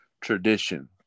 Tradition